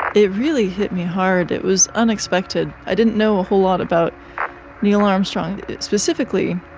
it really hit me hard, it was unexpected. i didn't know a whole lot about neil armstrong specifically.